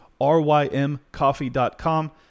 RYMCOFFEE.COM